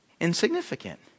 insignificant